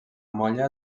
molla